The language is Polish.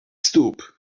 stóp